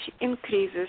increases